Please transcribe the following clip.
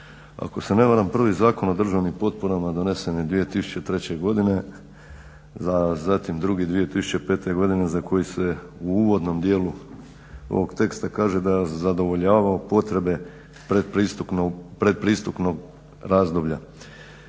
Ako se ne varam prvi Zakon o državnim potporama donesen je 2003. godine, zatim drugi 2005. godine za koji se u uvodnom dijelu ovog teksta kaže da zadovoljava potrebe predpristupnog razdoblja.